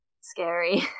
scary